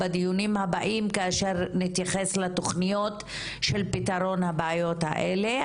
בדיונים הבאים כאשר נתייחס לתוכניות של פתרון הבעיות הללו,